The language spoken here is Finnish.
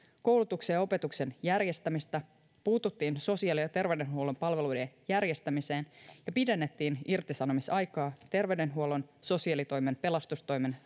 koulutuksen ja opetuksen järjestämistä puututtiin sosiaali ja terveydenhuollon palveluiden järjestämiseen ja pidennettiin irtisanomisaikaa terveydenhuollon sosiaalitoimen pelastustoimen